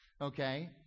Okay